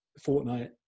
fortnight